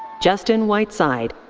justin whiteside.